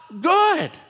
good